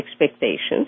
expectations